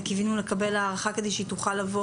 וקיווינו לקבל הארכה כדי שהיא תוכל לבוא